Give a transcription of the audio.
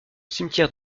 cimetière